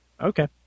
okay